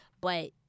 But-